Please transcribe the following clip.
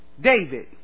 David